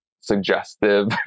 suggestive